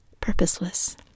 purposeless